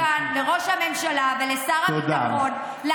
אני קוראת מכאן לראש הממשלה ולשר הביטחון, תודה.